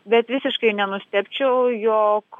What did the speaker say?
bet visiškai nenustebčiau jog